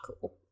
cool